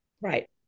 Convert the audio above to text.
Right